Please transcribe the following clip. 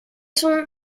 sont